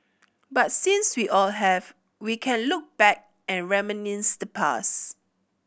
but since we all have we can look back and reminisce the past